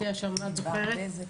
ענבר בזק,